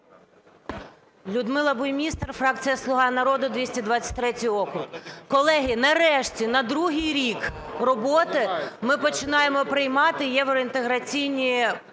Людмила Буймістер, фракція "Слуга народу", 223 округ. Колеги, нарешті на другий рік роботи ми починаємо приймати євроінтеграційні